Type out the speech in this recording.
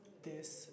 this